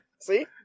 See